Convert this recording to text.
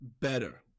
better